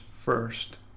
first